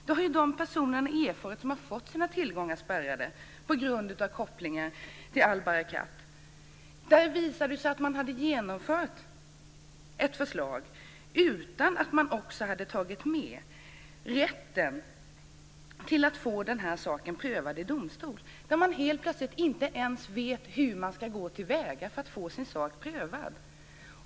Det har de personer erfarit som har fått sina tillgångar spärrade på grund av kopplingen till Al-Barakaat. Det visade sig att man genomfört ett förslag utan att man tagit med rätten att få saken prövad i domstol. Människor vet helt plötsligt inte hur de ska gå till väga för att få sin sak prövad.